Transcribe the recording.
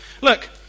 Look